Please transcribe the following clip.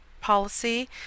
policy